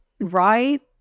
right